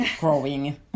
Growing